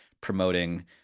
promoting